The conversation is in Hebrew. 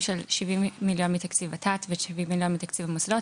של שבעים מיליון מתקציב ות"ת ושבעים מיליון מתקציב המוסדות,